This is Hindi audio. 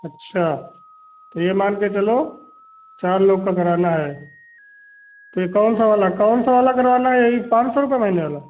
अच्छा तो ये मान के चलो चार लोग का कराना है तो ये कौन सा वाला कौन सा वाला करवाना है यही पाँच सौ रुपये महीने वाला